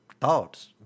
thoughts